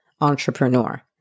entrepreneur